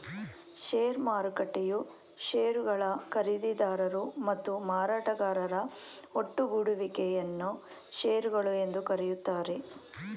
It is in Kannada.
ಷೇರು ಮಾರುಕಟ್ಟೆಯು ಶೇರುಗಳ ಖರೀದಿದಾರರು ಮತ್ತು ಮಾರಾಟಗಾರರ ಒಟ್ಟುಗೂಡುವಿಕೆ ಯನ್ನ ಶೇರುಗಳು ಎಂದು ಕರೆಯುತ್ತಾರೆ